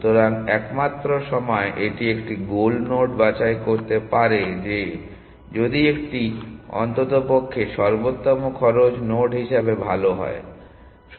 সুতরাং একমাত্র সময় এটি একটি গোল নোড বাছাই করতে পারে যে যদি এটি অন্ততপক্ষে সর্বোত্তম খরচ নোড হিসাবে ভাল হয়